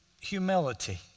Humility